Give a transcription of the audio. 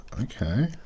Okay